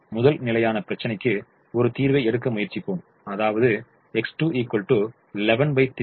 முதல் நிலையான பிரச்சினைக்கு ஒரு தீர்வை எடுக்க முயற்சிப்போம் அதாவது X1 113 க்கு